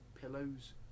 pillows